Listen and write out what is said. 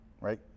right